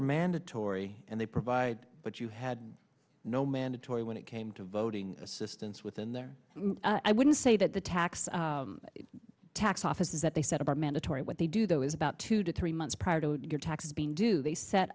are mandatory and they provide what you had no mandatory when it came to voting assistance within their i wouldn't say that the tax tax office is that they said about mandatory what they do though is about two to three months prior to your taxes being do they set